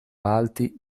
alti